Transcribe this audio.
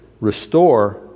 restore